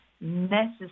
necessary